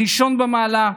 ראשון במעלה,